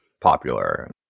popular